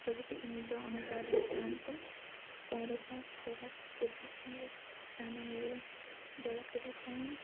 ସବୁକିଛି ନିଜ ଅନୁସାରେ ଥାଆନ୍ତି ପହଁରିବା ଖରା ସୂର୍ଯ୍ୟକଣରେ ସ୍ଥାନ ମିଳେ ଜଳ କ୍ରୀଡ଼ା ପାଇଁ